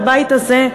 בבית הזה,